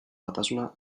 batasuna